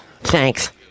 thanks